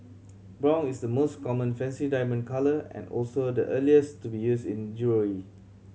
brown is the most common fancy diamond colour and also the earliest to be used in jewellery